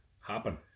happen